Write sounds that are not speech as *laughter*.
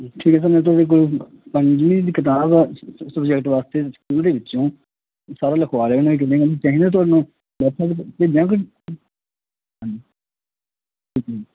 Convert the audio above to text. *unintelligible* ਪੰਜਵੀਂ ਦੀ ਕਿਤਾਬ ਆ ਸਬਜੈਕਟ ਵਾਸਤੇ ਸਕੂਲ ਦੇ ਵਿੱਚੋ ਸਾਰਾ ਲਿਖਵਾ ਦੇਣਾ ਕਿ ਚਾਹੇ ਨਾ ਤੁਹਾਨੂੰ ਵਟਸਐਪ ਭੇਜਣਾ ਕਿ ਹਾਂਜੀ ਅੱਛਾ